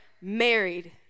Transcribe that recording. married